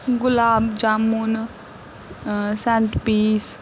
gulab jamun Saint piece